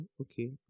okay